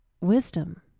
wisdom